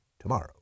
tomorrow